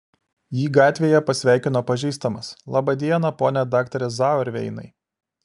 jį gatvėje pasveikino pažįstamas labą dieną pone daktare zauerveinai